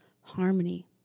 harmony